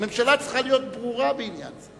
הממשלה צריכה להיות ברורה בעניין זה.